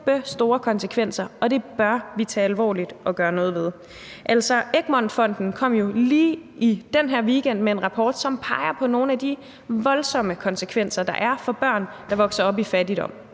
kæmpestore konsekvenser, og det bør vi tage alvorligt og gøre noget ved. Egmont Fonden kom jo lige i den her weekend med en rapport, som peger på nogle af de voldsomme konsekvenser, der er for børn, der vokser op i fattigdom.